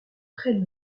très